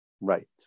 Right